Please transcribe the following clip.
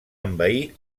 envair